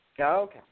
Okay